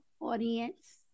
audience